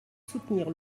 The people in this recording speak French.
soutenir